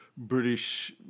British